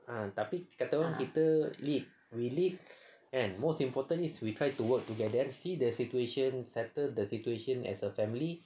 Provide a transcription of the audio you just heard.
ah tapi kata orang pun kita lead we lead kan most important is we try to work together to see the situation settle the situation as a family